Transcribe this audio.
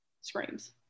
screams